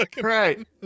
Right